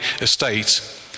estate